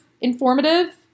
informative